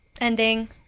ending